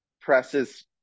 presses